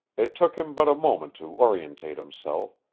it took him but a moment to orientate himself,